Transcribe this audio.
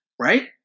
right